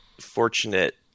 fortunate